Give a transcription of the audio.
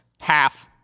Half